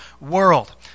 world